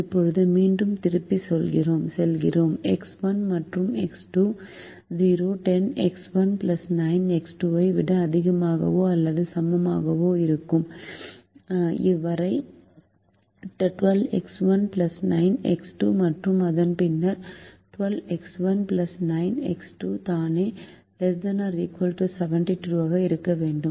இப்போது மீண்டும் திரும்பிச் செல்கிறோம் எக்ஸ் 1 மற்றும் எக்ஸ் 2 0 10X1 9X2 ஐ விட அதிகமாகவோ அல்லது சமமாகவோ இருக்கும் வரை 12X1 9X2 மற்றும் அதன் பின்னர் 12X1 9X2 தானே ≤72 ஆக இருக்க வேண்டும்